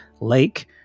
Lake